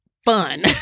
Fun